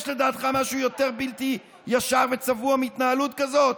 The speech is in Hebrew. יש לדעתך משהו יותר בלתי ישר וצבוע מהתנהלות כזאת?